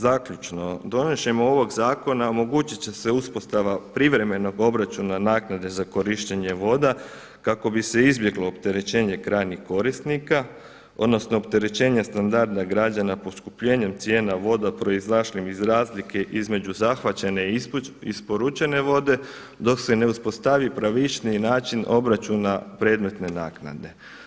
Zaključno, donošenjem ovog zakona omogućit će uspostava privremenog obračuna naknade za korištenje voda kako bi se izbjeglo opterećenje krajnjih korisnika odnosno opterećenje standarda građana poskupljenjem cijena voda proizašlim iz razlike između zahvaćene i isporučene vode dok se ne uspostavi pravičniji način obračuna predmetne naknade.